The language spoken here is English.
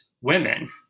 women